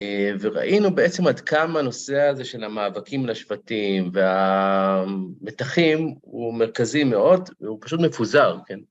וראינו בעצם עד כמה הנושא הזה של המאבקים משפטיים והמתחים, הוא מרכזי מאוד והוא פשוט מפוזר, כן.